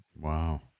Wow